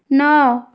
ନଅ